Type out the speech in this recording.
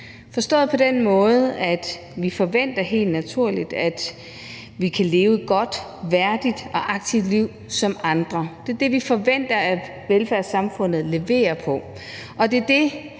forstås på den måde, at vi helt naturligt forventer, at vi kan leve et godt, værdigt og aktivt liv som andre. Det er det, vi forventer at velfærdssamfundet leverer på, og det er det,